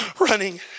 running